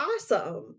awesome